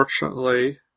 unfortunately